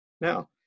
Now